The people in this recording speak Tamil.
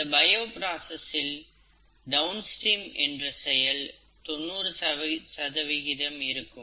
இந்த பயோ பிராஸஸில் டவுன்ஸ்ட்ரீம் என்ற செயல் 90 சதவீதம் இருக்கும்